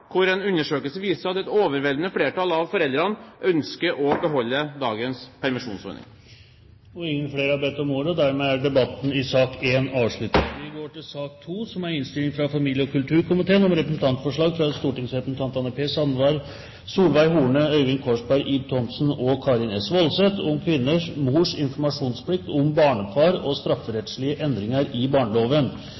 hvor en undersøkelse viser at et overveldende flertall av foreldrene ønsker å beholde dagens permisjonsordning. Flere har ikke bedt om ordet, og dermed er debatten i sak nr. 1 avsluttet. Etter ønske fra familie- og kulturkomiteen vil presidenten foreslå at taletiden begrenses til 40 minutter og fordeles med inntil 5 minutter til hvert parti og